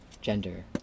gender